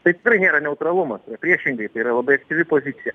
tai tikrai nėra neutralumas priešingai tai yra labai aktyvi pozicija